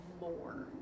more